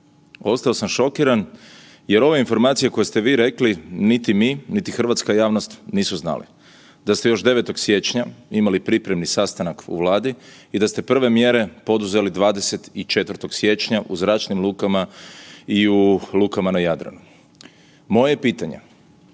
Ostao sam šokiran jer ova informacija koje ste vi rekli niti mi, niti hrvatska javnost nisu znali. Da ste još 9. Siječnja imali pripremni sastanak u Vladi i da ste prve mjere poduzeli 24. siječnja u zračnim lukama i u lukama na Jadranu. Moje je pitanje,